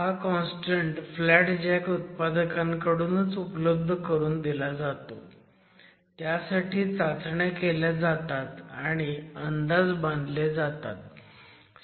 हा constant flat jack उत्पादकांकडूनच उपलब्ध करून दिला जातो त्यासाठी चाचण्या केल्या जातात आणि अंदाज बांधले जातात